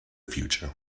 future